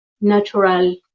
natural